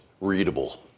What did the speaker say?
readable